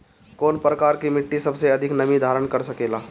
कौन प्रकार की मिट्टी सबसे अधिक नमी धारण कर सकेला?